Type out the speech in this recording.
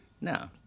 No